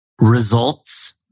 Results